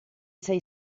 sei